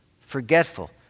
forgetful